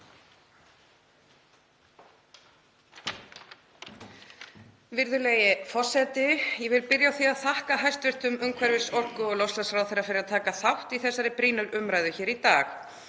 Virðulegi forseti. Ég vil byrja á því að þakka hæstv. umhverfis-, orku- og loftslagsráðherra fyrir að taka þátt í þessari brýnu umræðu hér í dag.